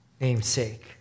namesake